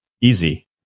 Easy